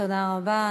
תודה רבה.